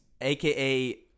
AKA